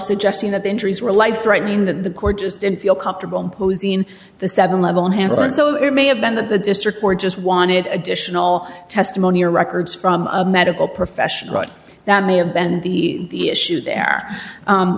suggesting that the injuries were life threatening that the court just didn't feel comfortable imposing the seven level of hands on so it may have been that the district court just wanted additional testimony or records from a medical professional but that may have been the issue there